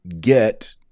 get